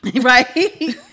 Right